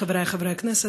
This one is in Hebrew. חברי הכנסת,